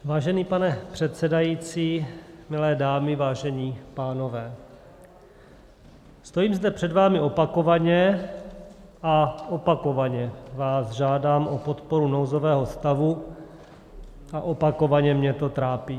Vážený pane předsedající, milé dámy, vážení pánové, stojím zde před vámi opakovaně, opakovaně vás žádám o podporu nouzového stavu a opakovaně mě to trápí.